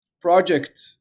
project